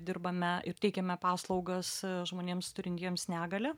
dirbame ir teikiame paslaugas žmonėms turintiems negalią